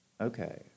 Okay